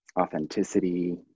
authenticity